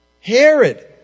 Herod